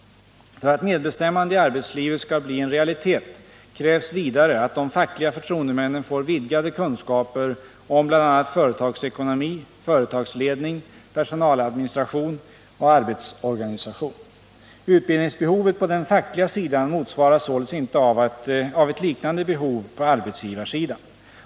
För att medbestämmande i arbetslivet skall bli en realitet krävs vidare att de fackliga förtroendemännen får vidgade kunskaper om bl.a. företagsekonomi, företagsledning, personaladministration och arbetsorganisation. Utbildningsbehovet på den fackliga sidan motsvaras således inte av ett liknande behov på arbetsgivarsidan.